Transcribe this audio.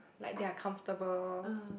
like they are comfortable